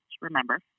remember